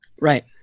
right